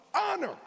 honor